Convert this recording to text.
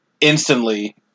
instantly